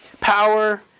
power